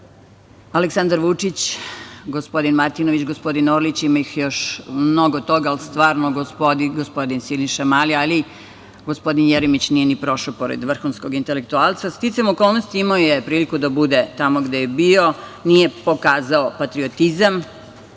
Aleksandar Vučić, gospodin Martinović, gospodin Orlić i ima ih još mnogo, gospodin Siniša Mali, ali gospodin Jeremić nije ni prošao pored vrhunskog intelektualca. Sticajem okolnosti imao je priliku da bude tamo gde je bio. Nije pokazao patriotizam,